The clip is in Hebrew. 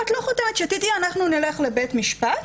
אם את לא חותמת, תדעי שאנחנו נלך לבית משפט